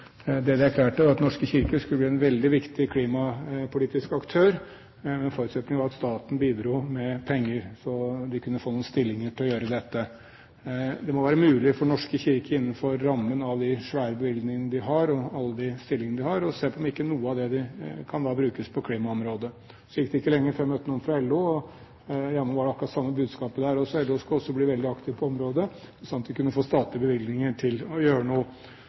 at Den norske kirke skulle bli en veldig viktig klimapolitisk aktør. Men forutsetningen var at staten bidro med penger, slik at de kunne få noen stillinger for å gjøre dette. Det må være mulig for Den norske kirke, innenfor rammen av de svære bevilgningene de har, og alle de stillingene de har, å se på om ikke noe av det kan brukes på klimaområdet. Så gikk det ikke lenge før jeg møtte noen fra LO, og jammen var det akkurat det samme budskapet der også. LO skulle også bli veldig aktive på området – så sant de kunne få statlige bevilgninger til å gjøre noe.